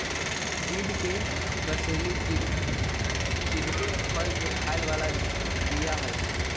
चिढ़ के कसेली चिढ़के फल के खाय बला बीया हई